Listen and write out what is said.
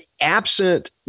absent